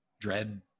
dread